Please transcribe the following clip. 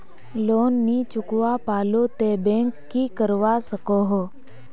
Loan नी चुकवा पालो ते बैंक की करवा सकोहो?